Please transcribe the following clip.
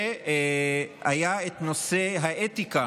והיה את נושא האתיקה